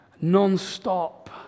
non-stop